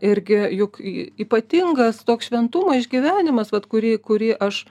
irgi juk ypatingas toks šventumo išgyvenimas vat kurį kurį aš